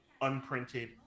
unprinted